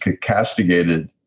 castigated